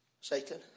Satan